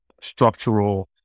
structural